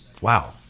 wow